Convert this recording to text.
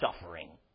suffering